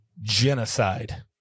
genocide